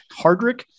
Hardrick